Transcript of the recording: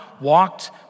walked